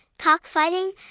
cockfighting